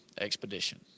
Expedition